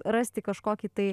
rasti kažkokį tai